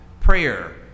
prayer